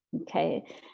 okay